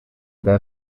their